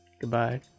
Goodbye